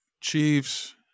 Chiefs